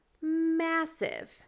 massive